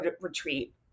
retreat